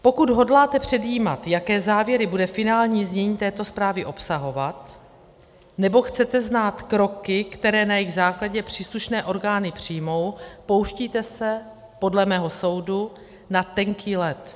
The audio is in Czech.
Pokud hodláte předjímat, jaké závěry bude finální znění této zprávy obsahovat, nebo chcete znát kroky, které na jejich základě příslušné orgány přijmou, pouštíte se podle mého soudu na tenký led.